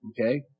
Okay